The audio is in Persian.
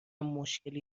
مشکلی